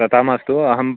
तथा मास्तु अहं